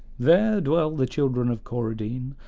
there dwell the children of coradine,